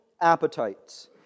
appetites